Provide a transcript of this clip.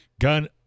Gun